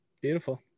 beautiful